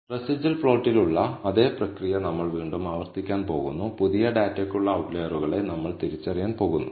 residual പ്ലോട്ടിലുള്ള അതേ പ്രക്രിയ നമ്മൾ വീണ്ടും ആവർത്തിക്കാൻ പോകുന്നു പുതിയ ഡാറ്റയ്ക്കുള്ള ഔട്ട്ലയറുകളെ നമ്മൾ തിരിച്ചറിയാൻ പോകുന്നു